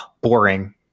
boring